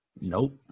Nope